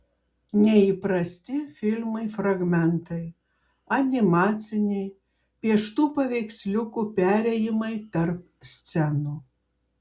neįprasti filmui fragmentai animaciniai pieštų paveiksliukų perėjimai tarp scenų